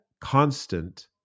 constant